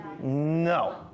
No